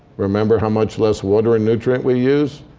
remember how much less water and nutrient we use?